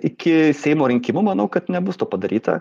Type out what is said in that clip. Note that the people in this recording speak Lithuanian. iki seimo rinkimų manau kad nebus to padaryta